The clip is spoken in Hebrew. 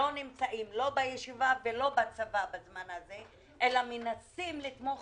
שלא נמצאים לא בישיבה ולא בצבא בזמן הזה אלא מנסים לתמוך